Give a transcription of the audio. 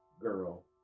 girl